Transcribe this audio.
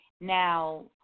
Now